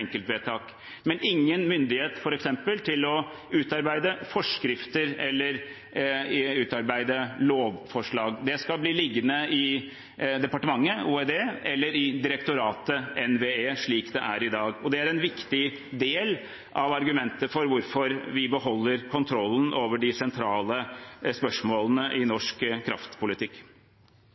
enkeltvedtak, men ingen myndighet til f.eks. å utarbeide forskrifter eller utarbeide lovforslag. Det skal bli liggende i Olje- og energidepartementet, OED, eller i Norges vassdrags- og energidirektorat, NVE, slik det er i dag. Det er en viktig del av hvorfor vi beholder kontrollen over de sentrale spørsmålene i norsk kraftpolitikk.